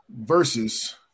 versus